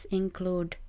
include